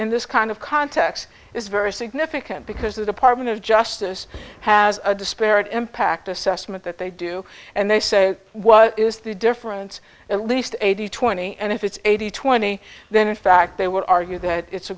in this kind of context is very significant because the department of justice has a disparate impact assessment that they do and they say what is the difference at least eighty twenty and if it's eighty twenty then in fact they would argue that it's a